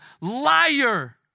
liar